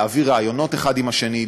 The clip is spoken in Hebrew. להעביר רעיונות אחד עם השני,